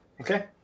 Okay